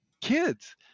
kids